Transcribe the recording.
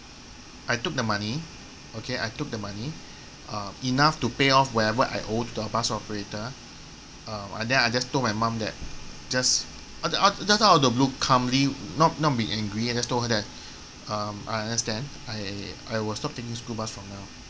I took the money okay I took the money uh enough to pay off whatever I owe to the bus operator uh and then I just told mum that just just out of the blue calmly not not being angry I just told her that um I understand I I will stop taking school bus from now